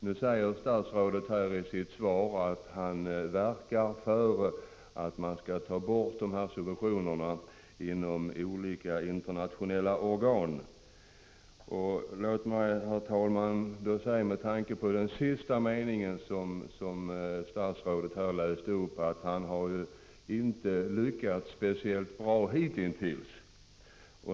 Statsrådet säger att han inom olika internationella organ verkar för att man skall ta bort dessa subventioner. Med tanke på den sista meningen, som statsrådet här läste upp, får jag då säga att han inte lyckats särskilt bra hitintills.